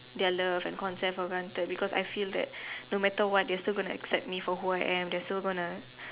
their love and consent for granted because I feel that no matter what they are still gonna accept me for who I am they are still gonna